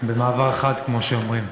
במעבר חד, כמו שאומרים,